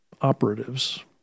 operatives